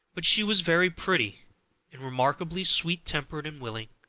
but she was very pretty and remarkably sweet-tempered and willing.